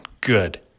good